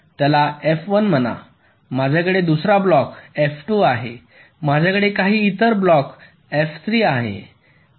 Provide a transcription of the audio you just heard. माझ्याकडे दुसरा block F2 आहे माझ्याकडे काही इतर ब्लॉक F3 आहे